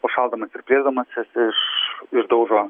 užšaldamas ir plėsdamasis iš išdaužo